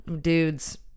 dudes